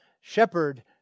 shepherd